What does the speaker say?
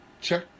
check